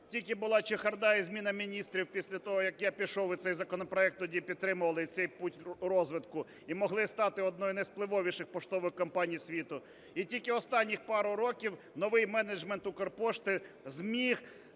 тільки була "чехарда" і зміна міністрів після того, як я пішов, і це законопроект тоді підтримували і цей путь розвитку, і могли стати одною із найвпливовіших поштових компаній світі. І тільки останніх пару років новий менеджмент Укрпошти зміг